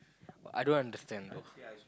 I don't understand though